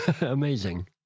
Amazing